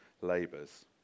labors